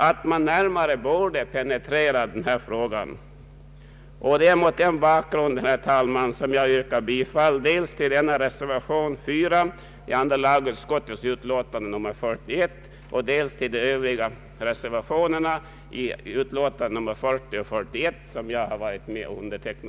Det är mot den bakgrunden, herr talman, som jag kommer att yrka bifall till dels reservation 4 i andra lagutskottets utlåtande nr 40, dels de övriga reservationer i utlåtandena nr 40 och 41 som jag har varit med om att underteckna.